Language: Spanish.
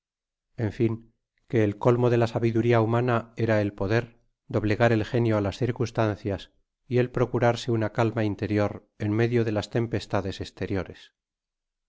en fin que el colmo de la sabiduria humana era el poder doblegar el genio á las circunstancias y el procurarse una calma interior en medio de las tempestades esteriores